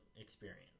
experience